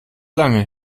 lange